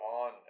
on